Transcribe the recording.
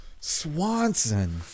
Swanson